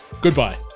Goodbye